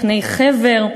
פני-חבר,